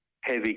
heavy